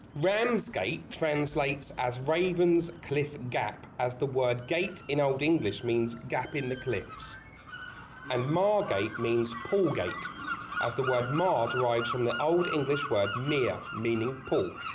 ramsgate translates as ravens cliff gap as the word gate in old english means gap in the cliffs and margate means pool gate as the word mar derives from the old english word mere meaning pool,